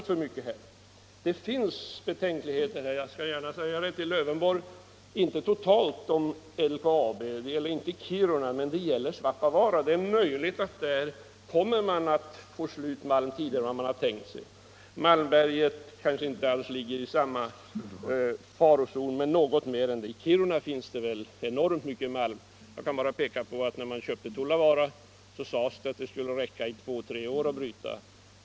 Det finns anledning att hysa betänkligheter, herr Lövenborg, det skall jag gärna erkänna — inte totalt beträffande LKAB, det gäller inte Kiruna men det gäller Svappavaara. Det är möjligt att malmen där kommer att ta slut tidigare än man har tänkt sig. Malmberget kanske inte ligger riktigt i farozonen ännu. I Kiruna finns det emellertid enormt mycket malm. När man köpte Tuolluvaara sades det att malmen skulle räcka två tre år.